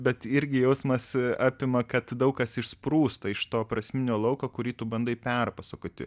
bet irgi jausmas apima kad daug kas išsprūsta iš to prasminio lauko kurį tu bandai perpasakoti